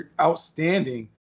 outstanding